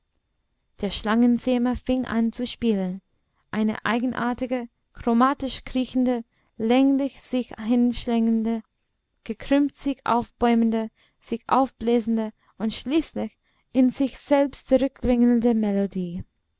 der schlangenzähmer fing an zu spielen eine eigenartige chromatisch kriechende länglich sich hinschlängelnde gekrümmt sich aufbäumende sich aufblasende und schließlich in sich selbst zurückringelnde melodie